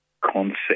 concept